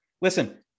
Listen